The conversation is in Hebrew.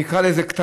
נקרא לזה, קטנה.